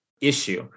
issue